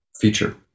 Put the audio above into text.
feature